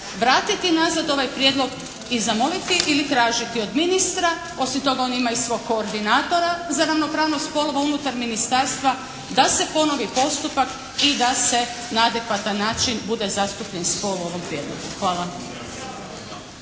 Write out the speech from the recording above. Vratite nazad ovaj prijedlog i zamoliti ili tražiti od ministra, osim toga on ima i svog koordinatora za ravnopravnost spolova unutar ministarstva da se ponovi postupak i da se na adekvatan način bude zastupljen spor u ovom prijedlogu. Hvala.